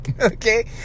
okay